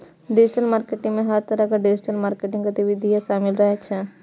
digital marketing मे हर तरहक डिजिटल मार्केटिंग गतिविधि शामिल रहै छै